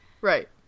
Right